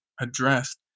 addressed